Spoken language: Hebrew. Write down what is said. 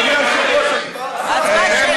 אדוני היושב-ראש, הייתה